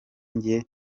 njye